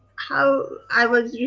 how i was, yeah